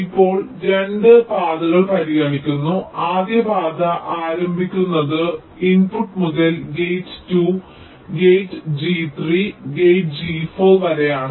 ഇപ്പോൾ ഞങ്ങൾ 2 പാതകൾ പരിഗണിക്കുന്നു ആദ്യ പാത ആരംഭിക്കുന്നത് ഇൻപുട്ട് മുതൽ gate G2 gate G3 gate G4 വരെയാണ്